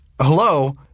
hello